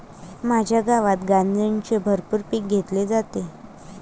माझ्या गावात गांजाचे भरपूर पीक घेतले जाते